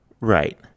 Right